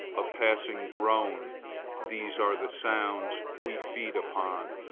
a passing groan these are the sounds we feed upon.